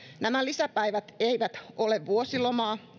nämä lisäpäivät eivät ole vuosilomaa